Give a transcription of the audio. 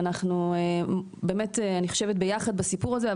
ואנחנו באמת חושבת ביחד בסיפור הזה,